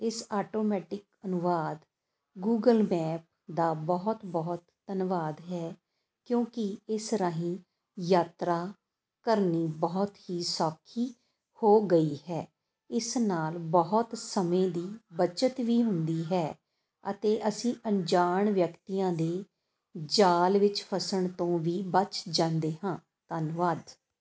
ਇਸ ਆਟੋਮੈਟਿਕ ਅਨੁਵਾਦ Google map ਦਾ ਬਹੁਤ ਬਹੁਤ ਧੰਨਵਾਦ ਹੈ ਕਿਉਂਕਿ ਇਸ ਰਾਹੀਂ ਯਾਤਰਾ ਕਰਨੀ ਬਹੁਤ ਹੀ ਸੌਖੀ ਹੋ ਗਈ ਹੈ ਇਸ ਨਾਲ ਬਹੁਤ ਸਮੇਂ ਦੀ ਬੱਚਤ ਵੀ ਹੁੰਦੀ ਹੈ ਅਤੇ ਅਸੀਂ ਅਣਜਾਣ ਵਿਅਕਤੀਆਂ ਦੇ ਜਾਲ ਵਿੱਚ ਫਸਣ ਤੋਂ ਵੀ ਬਚ ਜਾਂਦੇ ਹਾਂ ਧੰਨਵਾਦ